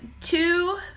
two